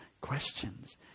questions